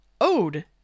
Ode